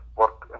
work